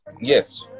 Yes